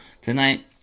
tonight